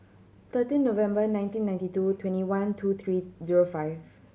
thirteen November nineteen ninety two twenty one two three zero five